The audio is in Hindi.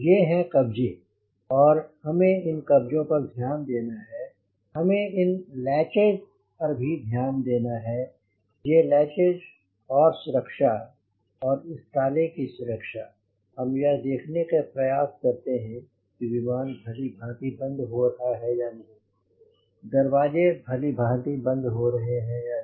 ये हैं कब्जे और हमें इन कब्जों पर ध्यान देना है हमें इन लैशेस पर भी ध्यान देना है ये लैशेस और सुरक्षा और इस ताले की सुरक्षा हम यह देखने का प्रयास करते हैं कि विमान भली भांति बंद हो रहा है कि नहीं दरवाजे भली भांति बंद हो रहा है कि नहीं